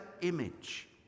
image